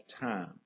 time